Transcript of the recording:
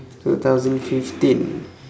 two thousand fifteen